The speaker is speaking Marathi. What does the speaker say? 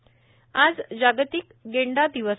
गेंडा दिवस आज जागतिक गेंडा दिवस